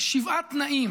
שבעה תנאים